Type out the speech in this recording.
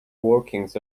workings